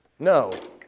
No